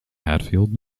hatfield